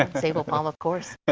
um sable palm, of course.